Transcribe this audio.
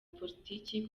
politiki